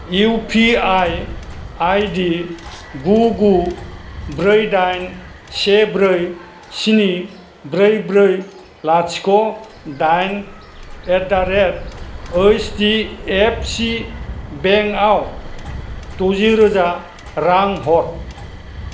UPI आइदि गु गु ब्रै दाइन से ब्रै स्नि ब्रै ब्रै लाथिख' दाइन एट दा रेट ओइस दि एफ सि बेंकआव द'जिरोज रां हर